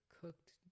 cooked